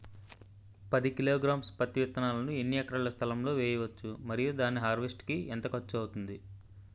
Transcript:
పది కిలోగ్రామ్స్ పత్తి విత్తనాలను ఎన్ని ఎకరాల స్థలం లొ వేయవచ్చు? మరియు దాని హార్వెస్ట్ కి ఎంత ఖర్చు అవుతుంది?